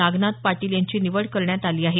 नागनाथ पाटील यांची निवड करण्यात आली आहे